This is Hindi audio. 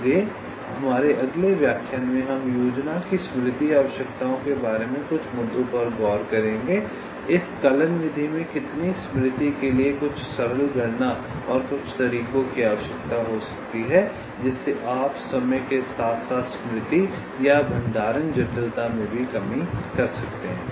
इसलिए हमारे अगले व्याख्यान में हम इस योजना की स्मृति आवश्यकताओं के बारे में कुछ मुद्दों पर गौर करेंगे इस कलन विधि में कितनी स्मृति के लिए कुछ सरल गणना और कुछ तरीकों की आवश्यकता हो सकती है जिसमें आप समय के साथ साथ स्मृति या भंडारण जटिलता में भी कमी कर सकते हैं